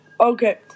Okay